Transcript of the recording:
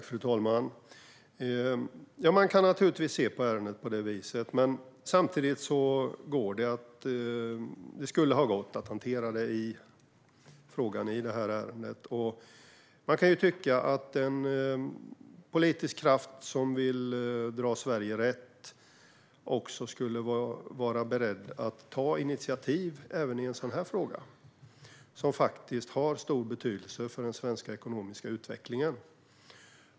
Fru talman! Man kan naturligtvis se på ärendet på det viset. Men det skulle ha gått att hantera den frågan i det här ärendet. Man kan tycka att en politisk kraft som vill dra Sverige rätt skulle vara beredd att ta initiativ även i en sådan här fråga, som faktiskt har stor betydelse för den svenska ekonomiska utvecklingen.